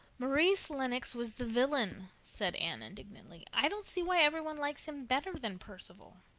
maurice lennox was the villain, said anne indignantly. i don't see why every one likes him better than perceval.